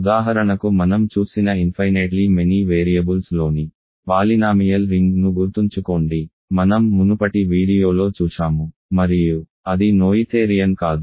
ఉదాహరణకు మనం చూసిన ఇన్ఫైనేట్లీ మెనీ వేరియబుల్స్లోని పాలినామియల్ రింగ్ను గుర్తుంచుకోండి మనం మునుపటి వీడియోలో చూశాము మరియు అది నోయిథేరియన్ కాదు